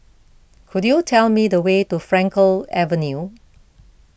could you tell me the way to Frankel Avenue